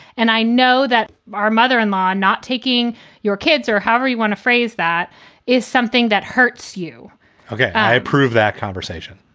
and i know that our mother in law, not taking your kids or however you want to phrase that is something that hurts you okay, i approve that conversation.